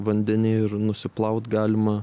vandeny ir nusiplaut galima